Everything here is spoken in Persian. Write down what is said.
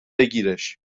بگیرش